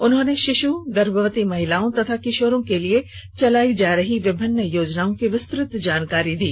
उन्होंने शिशु गर्भवती महिलाओं तथा किशोरों के लिए चलाई जा रही विभिन्न योजनाओं की विस्तृत जानकारी दी